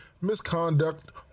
misconduct